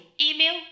Email